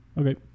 okay